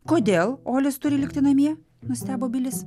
kodėl olis turi likti namie nustebo bilis